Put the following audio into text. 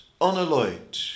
unalloyed